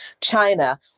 China